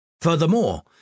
Furthermore